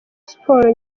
siporo